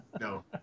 No